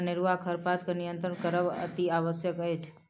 अनेरूआ खरपात के नियंत्रण करब अतिआवश्यक अछि